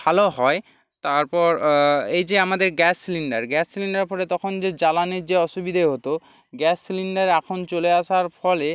ভালো হয় তারপর এই যে আমাদের গ্যাস সিলিন্ডার গ্যাস সিলিন্ডারের ফলে তখন যে জ্বালানির যে অসুবিধে হতো গ্যাস সিলিন্ডার এখন চলে আসার ফলে